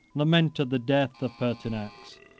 lamented the death of pertinax,